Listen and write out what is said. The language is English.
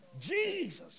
Jesus